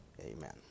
Amen